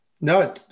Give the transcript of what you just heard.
No